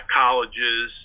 colleges